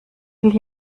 will